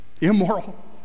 immoral